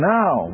now